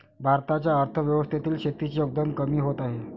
भारताच्या अर्थव्यवस्थेतील शेतीचे योगदान कमी होत आहे